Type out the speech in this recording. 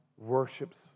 worships